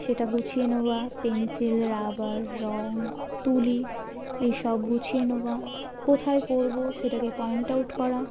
সেটা গুছিয়ে নেওয়া পেন্সিল রাবার রঙ তুলি এইসব গুছিয়ে নেওয়া কোথায় করবো সেটাকে পয়েন্ট আউট করা